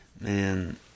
Man